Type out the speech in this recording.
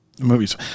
movies